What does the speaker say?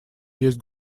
есть